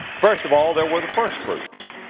first of all, there were the firstfruits.